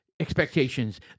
expectations